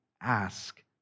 ask